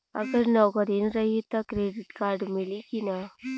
अगर नौकरीन रही त क्रेडिट कार्ड मिली कि ना?